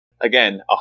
Again